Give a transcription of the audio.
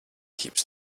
keeps